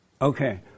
Okay